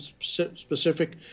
specific